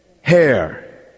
Hair